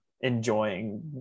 enjoying